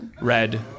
red